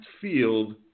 field